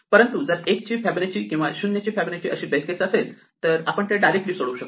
परंतु जर 1 ची फिबोनाची किंवा 0 ची फिबोनाची अशी बेस केस असेल तर आपण ते डायरेक्टली सोडवू शकतो